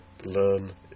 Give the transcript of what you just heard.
Learn